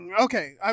Okay